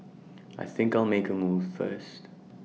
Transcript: I think I'll make A move first